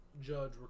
Judge